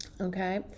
okay